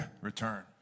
return